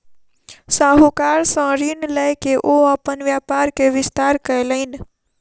साहूकार सॅ ऋण लय के ओ अपन व्यापार के विस्तार कयलैन